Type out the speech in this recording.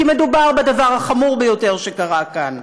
כי מדובר בדבר החמור ביותר שקרה כאן,